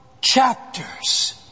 chapters